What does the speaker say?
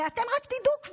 ואתם כבר תדעו,